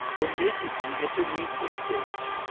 omitting the intermediate stage.